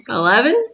eleven